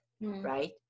right